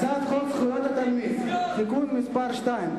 הצעת חוק זכויות התלמיד (תיקון מס' 2),